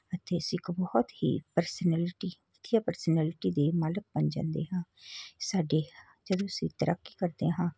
ਅਤੇ ਅਸੀਂ ਇੱਕ ਬਹੁਤ ਹੀ ਪਰਸਨਲਟੀ ਜਾਂ ਪਰਸਨਲਟੀ ਦੇ ਮਾਲਕ ਬਣ ਜਾਂਦੇ ਹਾਂ ਸਾਡੇ ਜਦੋਂ ਅਸੀਂ ਤੈਰਾਕੀ ਕਰਦੇ ਹਾਂ